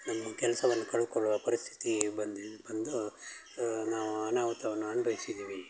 ನಮ್ಮ ಕೆಲಸವನ್ನು ಕಳಕೊಳ್ಳುವ ಪರಿಸ್ಥಿತಿ ಬಂದಿದ್ ಬಂದು ನಾವು ಅನಾಹುತವನ್ನು ಅನ್ಭವ್ಸಿದೀವಿ